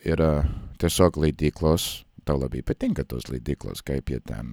yra tiesiog leidyklos tau labai patinka tos leidyklos kaip jie ten